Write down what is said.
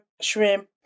shrimp